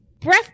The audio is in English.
Breath